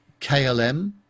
KLM